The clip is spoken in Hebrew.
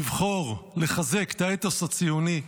לבחור לחזק את האתוס הציוני,